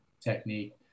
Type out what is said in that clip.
technique